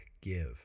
give